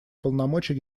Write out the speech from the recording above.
полномочий